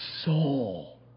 soul